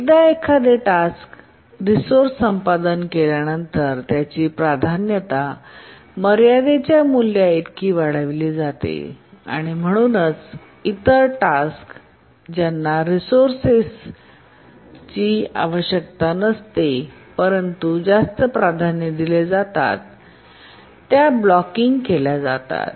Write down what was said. एकदा एखादे task resource संपादन केल्यानंतर त्याची प्राधान्यता मर्यादेच्या मूल्याइतकी वाढविली जाते आणि म्हणूनच इतर टास्क ज्यांना रिसोर्सेसची आवश्यकता नसते परंतु जास्त प्राधान्य दिले जातात त्या ब्लॉकिंग केल्या जातात